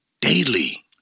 daily